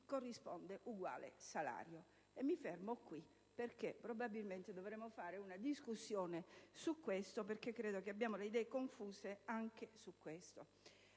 corrisponda uguale salario. Mi fermo qui, perché probabilmente dovremmo fare una discussione, visto che abbiamo le idee confuse anche a questo